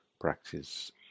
practice